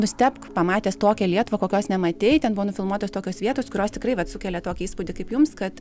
nustebk pamatęs tokią lietuvą kokios nematei ten buvo nufilmuotos tokios vietos kurios tikrai vat sukelia tokį įspūdį kaip jums kad